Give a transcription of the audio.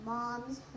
Mom's